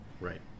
right